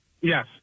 Yes